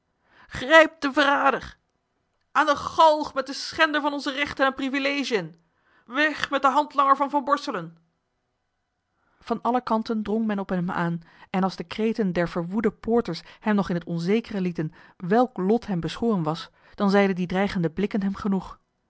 grijpt den verrader aan de galg met den schender van onze rechten en privilegiën weg met den handlanger van van borselen van alle kanten drong men op hem aan en als de kreten der verwoede poorters hem nog in het onzekere lieten welk lot hem beschoren was dan zeiden die dreigende blikken hem genoeg